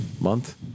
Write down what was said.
Month